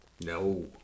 No